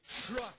trust